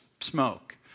smoke